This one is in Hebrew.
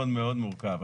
מורכב.